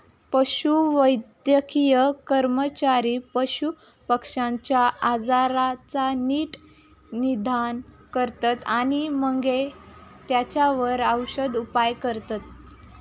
पशुवैद्यकीय कर्मचारी पशुपक्ष्यांच्या आजाराचा नीट निदान करतत आणि मगे तेंच्यावर औषदउपाय करतत